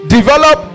Develop